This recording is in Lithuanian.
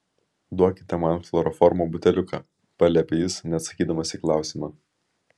duokite man chloroformo buteliuką paliepė jis neatsakydamas į klausimą